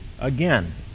again